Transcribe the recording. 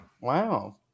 Wow